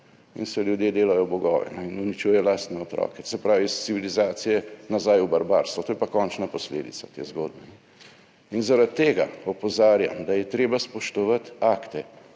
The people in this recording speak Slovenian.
in se ljudje delajo bogove in uničujejo lastne otroke. Se pravi iz civilizacije nazaj v barbarstvo, to je pa končna posledica te zgodbe. Zaradi tega opozarjam, da je treba spoštovati akte,